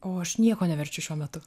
o aš nieko neverčiu šiuo metu